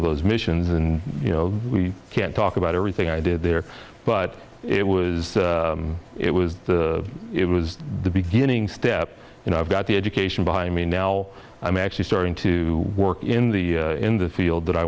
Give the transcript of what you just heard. of those missions and you know we can't talk about everything i did there but it was it was the it was the beginning step you know i've got the education behind me now i'm actually starting to work in the in the field that i